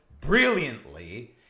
brilliantly